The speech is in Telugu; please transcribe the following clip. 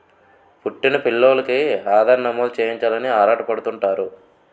పుట్టిన పిల్లోలికి ఆధార్ నమోదు చేయించాలని ఆరాటపడుతుంటారు